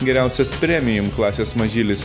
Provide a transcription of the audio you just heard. geriausias premijum klasės mažylis